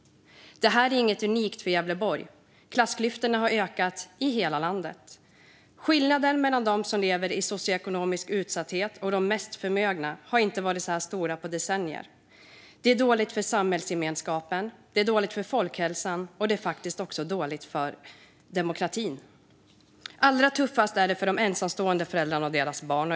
Detta är inget unikt för Gävleborg - klassklyftorna har ökat i hela landet. Skillnaderna mellan dem som lever i socioekonomisk utsatthet och de mest förmögna har inte varit så här stora på decennier. Det är dåligt för samhällsgemenskapen, för folkhälsan och faktiskt också för demokratin. Allra tuffast är det för de ensamstående föräldrarna och deras barn.